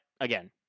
again